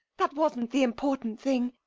that wasn't the important thing.